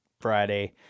Friday